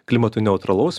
klimatui neutralaus